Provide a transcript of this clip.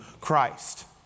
Christ